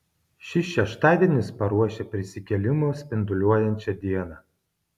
šis šeštadienis paruošia prisikėlimo spinduliuojančią dieną